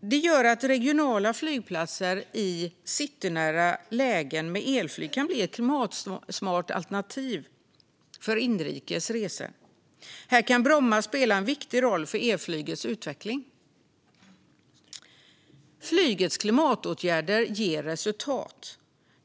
Det gör att regionala flygplatser i citynära lägen med elflyg kan bli ett klimatsmart alternativ för inrikes resor. Här kan Bromma spela en viktig roll för elflygets utveckling. Flygets klimatåtgärder ger resultat.